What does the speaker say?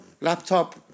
laptop